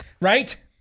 right